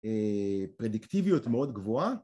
‫פרדיקטיביות מאוד גבוהה.